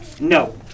No